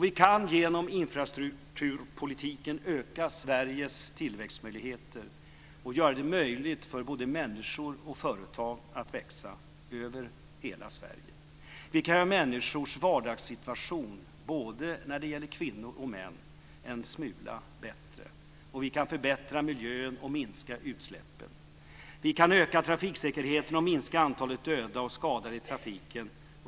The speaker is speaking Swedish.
Vi kan genom infrastrukturpolitiken öka Sveriges tillväxtmöjligheter och göra det möjligt för både människor och företag att växa över hela Sverige. Vi kan göra människors vardagssituation både för kvinnor och för män en smula bättre. Vi kan förbättra miljön och minska utsläppen. Vi kan öka trafiksäkerheten och minska antalet döda och skadade i trafiken.